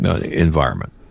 environment